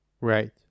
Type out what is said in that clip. right